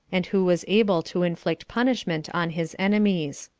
and who was able to inflict punishment on his enemies.